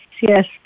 yes